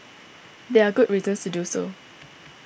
there are good reasons to do so